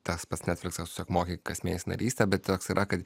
tas pas netflixas tu tiesiog moki kas mėnesį narystę bet toks yra kad